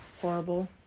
horrible